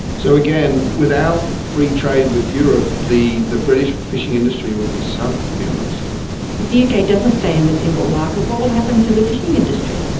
so again, without free trade with europe the the british fishing industry would be sunk, to be honest. if the uk doesn't stay in the single market, what will happen to the fishing industry?